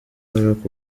barack